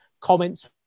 comments